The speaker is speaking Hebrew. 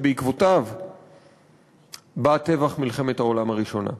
שבעקבותיו בא טבח מלחמת העולם הראשונה.